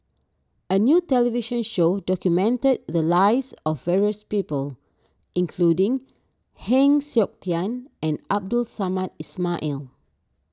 a new television show documented the lives of various people including Heng Siok Tian and Abdul Samad Ismail